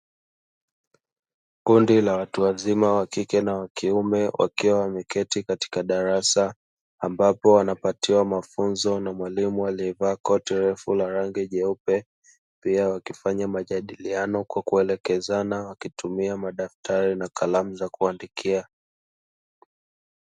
Kundi la watu wazima wa kike na wa kiume wakiwa wameketi katika darasa ambapo wanapatiwa mafunzo na mwalimu aliyevaa koti refu la rangi jeupe, pia wakifanya majadiliano kwa kuelekezana wakitumia madaftari na kalamu za kuandikia.